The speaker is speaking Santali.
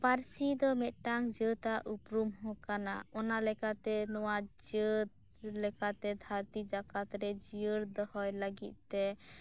ᱯᱟᱨᱥᱤ ᱫᱚ ᱢᱤᱫᱴᱟᱝ ᱡᱟᱹᱛ ᱟᱜ ᱩᱯᱨᱩᱢ ᱦᱚᱸ ᱠᱟᱱᱟ ᱚᱱᱟ ᱞᱮᱠᱟᱛᱮ ᱱᱚᱣᱟ ᱡᱟᱹᱛ ᱞᱮᱠᱟᱛᱮ ᱫᱷᱟᱹᱨᱛᱤ ᱡᱟᱠᱟᱛ ᱨᱮ ᱡᱤᱭᱟᱹᱲ ᱫᱚᱦᱚᱭ ᱞᱟᱹᱜᱤᱫ ᱛᱮ